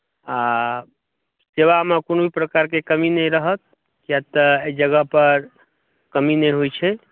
आ सेवामे कोनो प्रकारके कमी नहि रहत कियाक तऽ एहि जगहपर कमी नहि होइत छै